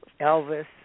Elvis